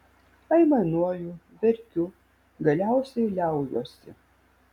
aimanuoju verkiu galiausiai liaujuosi